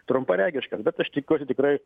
trumparegiškas bet aš tikiuosi tikrai